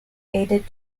aided